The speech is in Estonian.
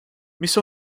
mis